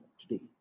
today